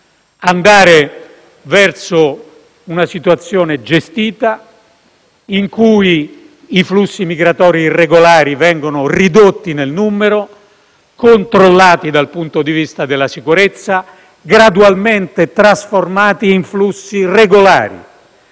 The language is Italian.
andare verso una situazione gestita, in cui i flussi migratori irregolari vengono ridotti nel numero, controllati dal punto di vista della sicurezza e gradualmente trasformati in flussi regolari.